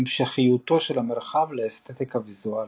המשכיותו של המרחב לאסתטיקה ויזואלית.